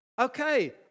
Okay